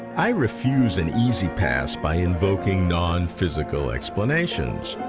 i refuse an easy pass by invoking nonphysical explanations,